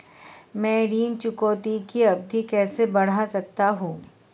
मैं ऋण चुकौती की अवधि कैसे बढ़ा सकता हूं?